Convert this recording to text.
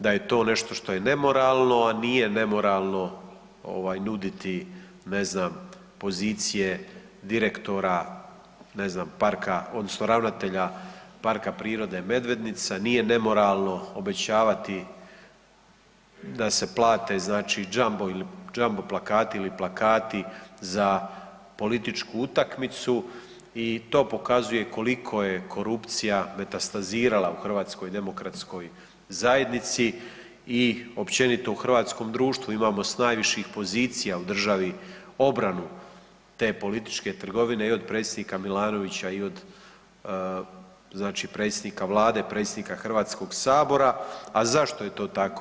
Da je to nešto što je nemoralno, a nije nemoralno nuditi, ne znam, pozicije direktora, ne znam, parka odnosno ravnatelja PP Medvednica, nije nemoralno obećavati da se plate znači jumbo ili jumbo plakati ili plakati za političku utakmicu i to pokazuje koliko je korupcija metastazirala u HDZ-u i općenito u hrvatskom društvu, imamo s najviših pozicija u državi obranu te političke trgovine i od predsjednika Milanovića i od znači predsjednika Vlade, predsjednika HS-a, a zašto je to tako?